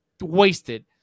wasted